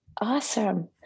awesome